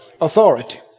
authority